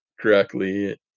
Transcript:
correctly